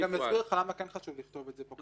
אני אסביר לך למה כן חשוב לכתוב את זה פה,